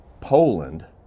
Poland